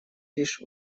лишь